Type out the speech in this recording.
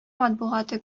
матбугаты